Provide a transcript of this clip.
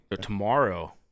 Tomorrow